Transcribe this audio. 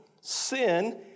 sin